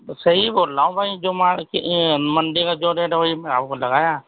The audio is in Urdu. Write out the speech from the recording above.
صحیح بول رہا ہوں بھائی جو مارکیٹ منڈی میں جو ریٹ وہی میں آپ کو لگایا